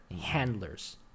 handlers